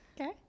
okay